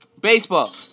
Baseball